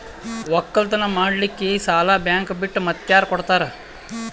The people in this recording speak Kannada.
ಒಕ್ಕಲತನ ಮಾಡಲಿಕ್ಕಿ ಸಾಲಾ ಬ್ಯಾಂಕ ಬಿಟ್ಟ ಮಾತ್ಯಾರ ಕೊಡತಾರ?